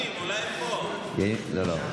אולי הוא פה, לא, לא.